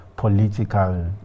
political